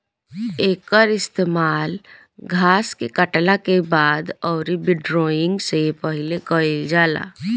एकर इस्तेमाल घास के काटला के बाद अउरी विंड्रोइंग से पहिले कईल जाला